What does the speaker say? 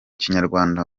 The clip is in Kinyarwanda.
kinyarwanda